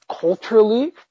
culturally